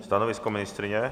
Stanovisko ministryně?